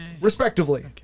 respectively